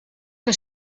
que